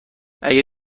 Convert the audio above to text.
اگه